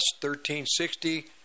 1360